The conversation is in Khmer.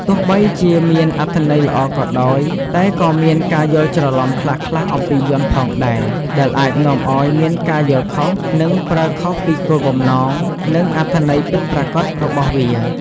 ទោះបីជាមានអត្ថន័យល្អក៏ដោយ តែក៏មានការយល់ច្រឡំខ្លះៗអំពីយ័ន្តផងដែរ ដែលអាចនាំឱ្យមានការយល់ខុស និងប្រើខុសពីគោលបំណង និងអត្ថន័យពិតប្រាកដរបស់វា។